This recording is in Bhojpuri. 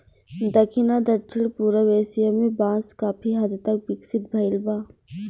दखिन आ दक्षिण पूरब एशिया में बांस काफी हद तक विकसित भईल बा